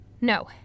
No